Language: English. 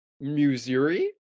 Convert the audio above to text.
Missouri